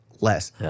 less